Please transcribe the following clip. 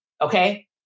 okay